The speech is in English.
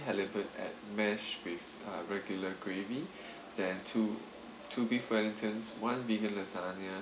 halibut and mash with uh regular gravy then two two beef frankton one vegan lasagna